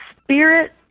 spirit